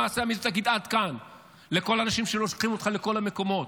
תגיד: עד כאן לכל האנשים שמושכים אותך לכל המקומות.